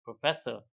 professor